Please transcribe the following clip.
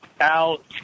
Out